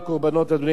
אדוני היושב-ראש,